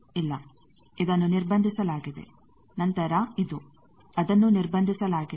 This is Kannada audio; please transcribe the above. ಇಲ್ಲ ಇದನ್ನು ನಿರ್ಬಂಧಿಸಲಾಗಿದೆ ನಂತರ ಇದು ಅದನ್ನೂ ನಿರ್ಬಂಧಿಸಲಾಗಿದೆ